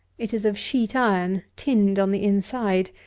it is of sheet-iron, tinned on the inside,